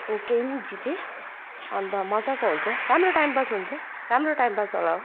निक्कै नै जितेँ अन्त मजाको हुन्छ राम्रो टाइम पास हुन्छ राम्रो टाइम पास वाला हो